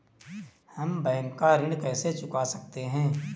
हम बैंक का ऋण कैसे चुका सकते हैं?